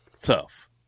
tough